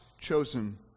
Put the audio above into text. chosen